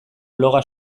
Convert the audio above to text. bloga